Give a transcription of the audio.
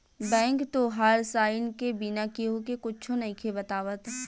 bank तोहार sign के बिना केहु के कुच्छो नइखे बतावत